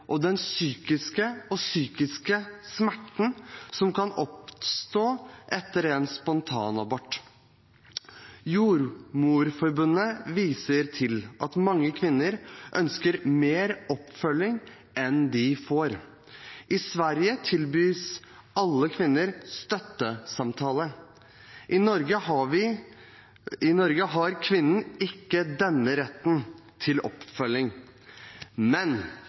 og den fysiske og psykiske smerten som kan oppstå etter en spontanabort. Jordmorforbundet viser til at mange kvinner ønsker mer oppfølging enn de får. I Sverige tilbys alle kvinner en støttesamtale. I Norge har ikke kvinner denne retten til oppfølging, men